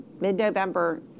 mid-November